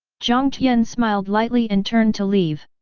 jiang tian smiled lightly and turned to leave.